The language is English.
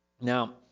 Now